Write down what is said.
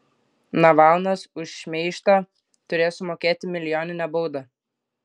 navalnas už šmeižtą turės sumokėti milijoninę baudą